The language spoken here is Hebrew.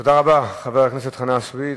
תודה רבה, חבר הכנסת חנא סוייד.